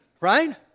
Right